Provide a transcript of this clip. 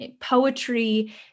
poetry